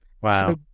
Wow